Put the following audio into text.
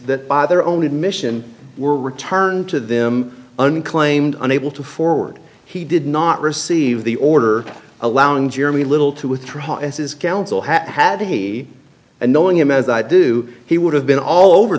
that by their own admission were returned to them unclaimed unable to forward he did not receive the order allowing jeremy little to withdraw as his counsel had had to be and knowing him as i do he would have been all over